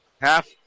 half